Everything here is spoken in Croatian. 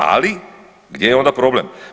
Ali gdje je onda problem?